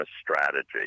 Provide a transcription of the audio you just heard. strategy